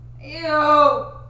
Ew